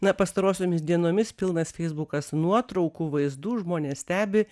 na pastarosiomis dienomis pilnas feisbukas nuotraukų vaizdų žmonės stebi